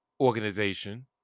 organization